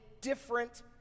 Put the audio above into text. different